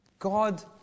God